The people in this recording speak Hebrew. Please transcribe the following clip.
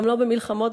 לא במלחמות,